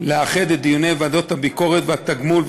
לאחד את דיוני ועדות הביקורת והתגמול,